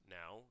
now